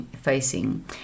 facing